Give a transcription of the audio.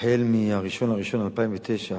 2012 למניינם,